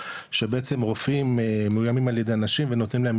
שבעצם רופאים מאוימים על ידי אנשים ונותנים להם